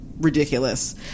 ridiculous